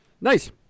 nice